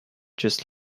just